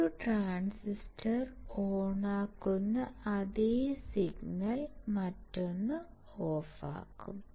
ഒരു ട്രാൻസിസ്റ്റർ ഓണാക്കുന്ന അതേ സിഗ്നൽ മറ്റൊന്ന് ഓഫാക്കും